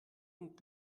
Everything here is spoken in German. und